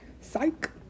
psych